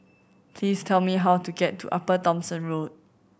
please tell me how to get to Upper Thomson Road